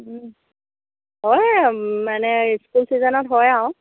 হয় মানে স্কুল ছিজনত হয় আৰু